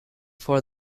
for